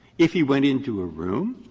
if he went into a room